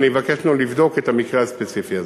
אני אבקש ממנו לבדוק את המקרה הספציפי הזה.